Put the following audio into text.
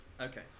Okay